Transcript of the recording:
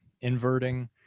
inverting